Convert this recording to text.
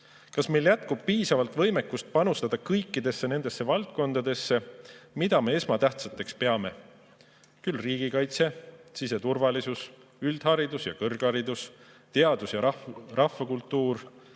Kas meil jätkub piisavalt võimekust panustada kõikidesse nendesse valdkondadesse, mida me esmatähtsateks peame? Riigikaitse, siseturvalisus, üldharidus ja kõrgharidus, teadus ja rahvakultuur,